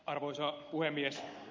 arvoisa puhemies